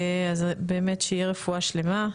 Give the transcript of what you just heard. אז באמת שתהיה רפואה שלמה.